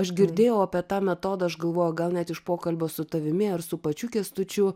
aš girdėjau apie tą metodą aš galvoju gal net iš pokalbio su tavimi ar su pačiu kęstučiu